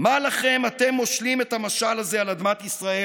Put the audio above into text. "מה לכם אתם מֹשְׁלִים את המשל הזה על אדמת ישראל